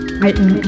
written